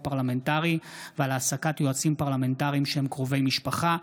הפרלמנטרי ועל העסקת יועצים פרלמנטריים שהם קרובי משפחה,